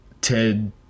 Ted